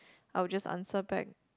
I will just answer back